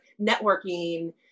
networking